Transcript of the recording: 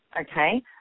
okay